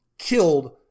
killed